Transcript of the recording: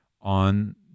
on